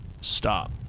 stop